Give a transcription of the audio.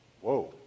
Whoa